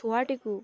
ଛୁଆଟିକୁ